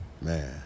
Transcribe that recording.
Man